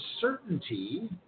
certainty